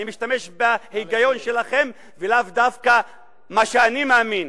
אני משתמש בהיגיון שלכם ולאו דווקא במה שאני מאמין.